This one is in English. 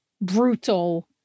brutal